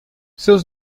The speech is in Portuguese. seus